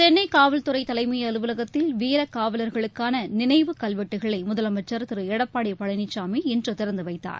சென்னை காவல்துறை தலைமை அலுவலகத்தில் வீர காவலர்களுக்கான நினைவு கல்வெட்டுகளை முதலமைச்சர் திரு எடப்பாடி பழனிசாமி இன்று திறந்து வைத்தார்